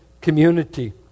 community